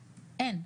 אין,